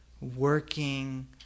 working